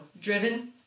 driven